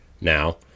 now